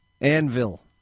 Anvil